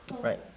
Right